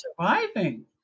surviving